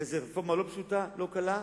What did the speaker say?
זו רפורמה לא פשוטה, לא קלה,